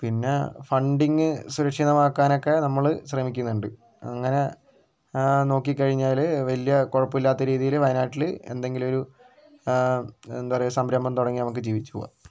പിന്നേ ഫണ്ടിങ്ങ് സുരക്ഷിതമാക്കാനൊക്കെ നമ്മള് ശ്രമിക്കുന്നുണ്ട് അങ്ങനെ ഏ നോക്കിക്കഴിഞ്ഞാല് വലിയ കുഴപ്പമില്ലാത്ത രീതിയില് വയനാട്ടില് എന്തെങ്കിലൊരു ആ എന്താ പറയുക സംരംഭം തുടങ്ങി നമുക്ക് ജീവിച്ചുപോകാം